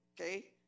Okay